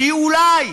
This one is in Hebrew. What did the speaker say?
שאולי